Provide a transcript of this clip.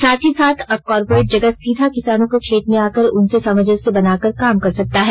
साथ ही साथ अब कारपोरेट जगत सीधा किसानों के खेत में आकर उनसे सामंजस्य बनाकर काम कर सकता है